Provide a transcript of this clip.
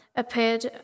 Appeared